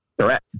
Correct